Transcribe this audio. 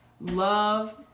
love